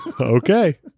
Okay